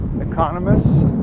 economists